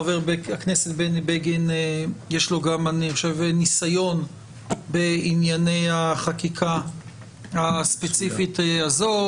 לחבר הכנסת בני בגין יש ניסיון בענייני החקיקה הספציפית הזאת,